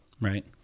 Right